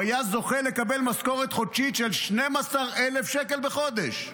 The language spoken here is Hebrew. הוא היה זוכה לקבל משכורת חודשית של 12,000 שקל בחודש,